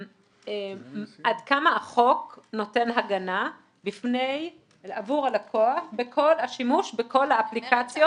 עד כמה החוק נותן הגנה עבור הלקוח בכל השימוש בכל האפליקציות